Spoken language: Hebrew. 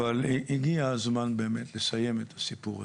אבל הגיע הזמן באמת לסיים את הסיפור הזה.